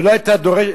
ולא היתה דורשת.